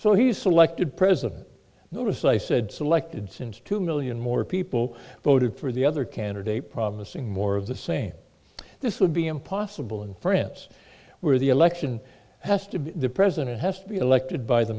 so he's selected president notice i said selected since two million more people voted for the other candidate promising more of the same this would be impossible in france where the election has to be the president has to be elected by the